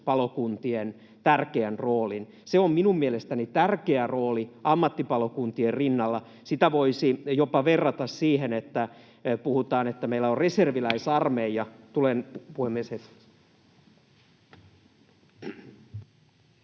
sopimuspalokuntien tärkeän roolin. Se on minun mielestäni tärkeä rooli ammattipalokuntien rinnalla. Sitä voisi jopa verrata siihen, että puhutaan, että meillä on reserviläisarmeija... [Puhemies